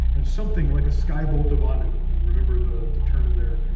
and something like a sky-bolt of anu, and remember the the term there